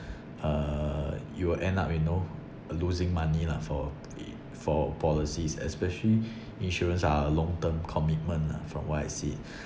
uh you will end up you know losing money lah for the for policies especially insurance are a long term commitment lah from what I see